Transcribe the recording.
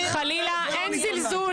חלילה, אין זלזול.